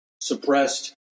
suppressed